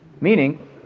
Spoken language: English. meaning